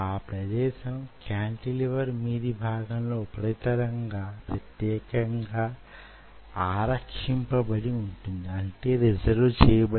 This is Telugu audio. ఈ ప్రదేశం కాంటిలివర్ మీది భాగంలోని ఉపరితలంగా ప్రత్యేకంగా ఆరక్షింపబడి వున్నది